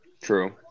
True